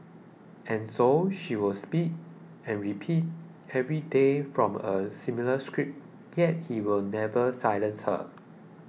and so she will speak and repeat every day from a similar script yet he will never silence her